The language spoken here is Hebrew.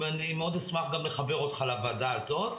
אני מאוד אשמח לחבר אותך לוועדה הזאת,